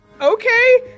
Okay